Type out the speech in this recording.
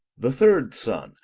the third sonne,